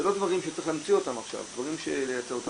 אלה לא דברים שצריך להמציא אותם עכשיו או לייצר אותם,